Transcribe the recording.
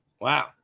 Wow